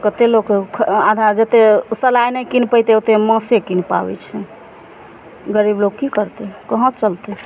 कतेक लोक आधा जेतेक ओ सलाइ नहि कीन पेतै ओतेक मासे किन पाबै छै गरीबलोक की करतै कहाँ सऽ चलतै